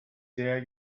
sehr